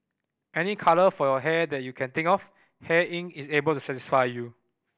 any colour for your hair that you can think of Hair Inc is able to satisfy you